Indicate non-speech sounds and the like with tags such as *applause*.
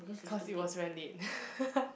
cause it was very late *laughs*